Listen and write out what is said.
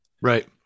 Right